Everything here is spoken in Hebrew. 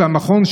שהמכון,